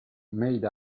made